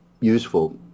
useful